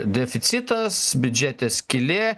deficitas biudžete skylė